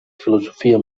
filosofia